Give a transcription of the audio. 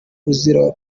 uzira